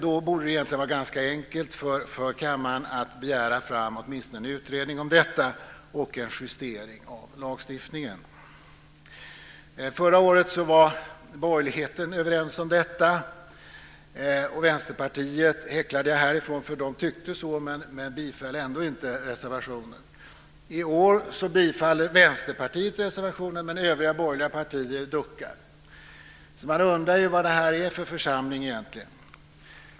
Då borde det egentligen vara ganska enkelt för kammaren att åtminstone begära fram en utredning om detta och en justering av lagstiftningen. Förra året var borgerligheten överens om detta, och Vänsterpartiet häcklade förslaget för att de tyckte så men biföll ändå inte reservationen. I år tillstyrker Vänsterpartiet reservationen, men övriga borgerliga partier duckar. Man undrar ju vad det här är för församling egentligen.